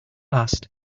last